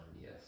Yes